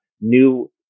new